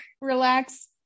relax